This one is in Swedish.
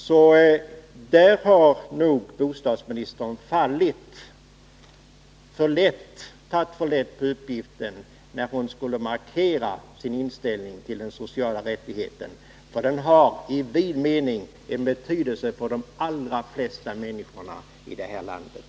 Så där har nog bostadsministern tagit för lätt på uppgiften när hon skulle markera sin inställning till den sociala rättigheten, för den har i vid mening en betydelse för de allra flesta människorna i det här landet.